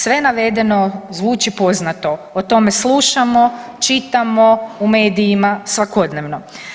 Sve navedeno zvuči poznato, o tome slušamo, čitamo u medijima svakodnevno.